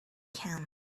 can